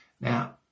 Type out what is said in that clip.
Now